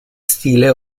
stile